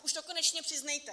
Už to konečně přiznejte!